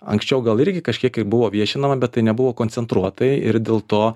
anksčiau gal irgi kažkiek kaip buvo viešinama bet tai nebuvo koncentruotai ir dėl to